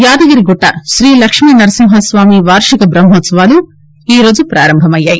యాదగిరిగుట్ట శ్రీలక్ష్మీనరసింహస్వామి వార్షిక బ్రహ్మాత్సవాలు ఈ రోజు ప్రపారంభమయ్యాయి